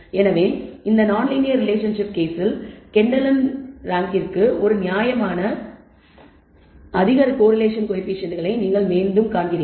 எனவே இந்த nonlinear relationship கேஸில் கெண்டலின் ரேங்க்கிற்கு ஒரு நியாயமான அதிக கோரிலேஷன் கோயபிசியன்ட்டை நீங்கள் மீண்டும் காண்கிறீர்கள்